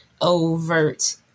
overt